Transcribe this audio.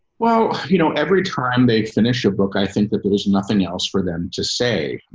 well, you know, every time they finish a book, i think that there's nothing else for them to say.